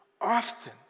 often